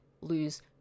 lose